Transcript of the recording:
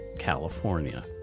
California